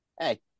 Hey